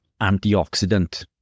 antioxidant